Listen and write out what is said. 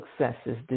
successes